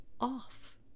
off